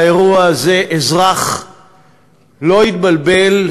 באירוע הזה אזרח לא התבלבל,